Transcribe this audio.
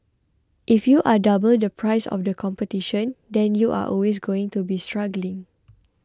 if you are double the price of the competition then you are always going to be struggling